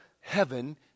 heaven